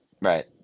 Right